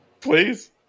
Please